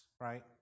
right